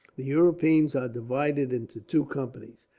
the europeans are divided into two companies.